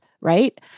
right